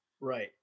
Right